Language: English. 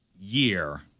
year